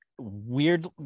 Weird